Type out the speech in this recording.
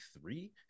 three